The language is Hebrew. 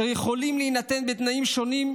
אשר יכולים להינתן בתנאים שונים,